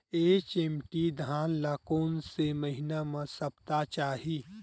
HMT धान ल कोन से महिना म सप्ता चाही?